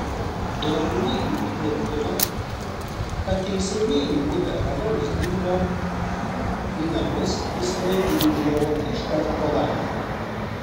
dauguma jų tvirtino kad teisiamieji buvę ramaus būdo į namus visąlaik grįždavo iškart po darbo